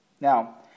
Now